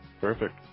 Perfect